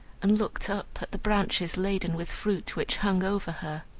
and looked up at the branches laden with fruit which hung over her.